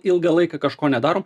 ilgą laiką kažko nedarom